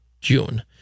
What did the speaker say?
June